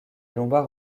lombards